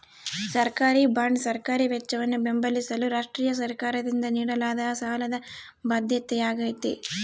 ಸರ್ಕಾರಿಬಾಂಡ್ ಸರ್ಕಾರಿ ವೆಚ್ಚವನ್ನು ಬೆಂಬಲಿಸಲು ರಾಷ್ಟ್ರೀಯ ಸರ್ಕಾರದಿಂದ ನೀಡಲಾದ ಸಾಲದ ಬಾಧ್ಯತೆಯಾಗೈತೆ